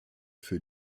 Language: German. für